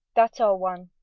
that's all one.